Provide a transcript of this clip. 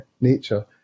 nature